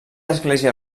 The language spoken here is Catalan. església